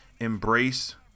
embrace